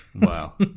Wow